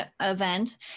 event